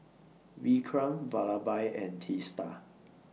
Vikram Vallabhbhai and Teesta